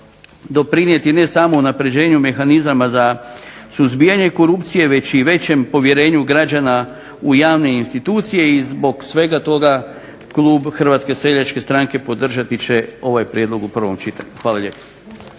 doprinijeti ne samo unapređenju mehanizama za suzbijanje korupcije već i većem povjerenju građana u javne institucije i zbog svega toga klub Hrvatske seljačke stranke podržati će ovaj prijedlog u prvom čitanju. Hvala lijepo.